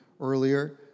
Earlier